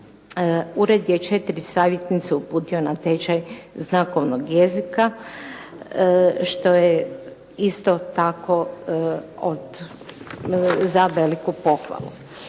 ured je 4 savjetnice uputio na tečaj znakovnog jezika, što je isto tako za veliku pohvalu.